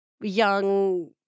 Young